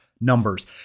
numbers